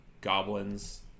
goblins